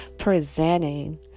Presenting